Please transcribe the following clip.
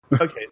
okay